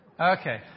Okay